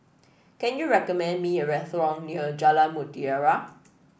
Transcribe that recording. can you recommend me a restaurant near Jalan Mutiara